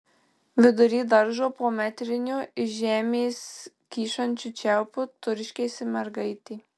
vidury daržo po metriniu iš žemės kyšančiu čiaupu turškėsi mergaitė